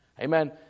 Amen